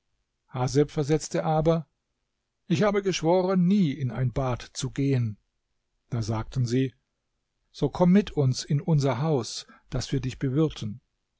haseb versetzte aber ich habe geschworen nie in ein bad zu gehen da sagten sie so komm mit uns in unser haus daß wir dich bewirten